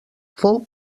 fou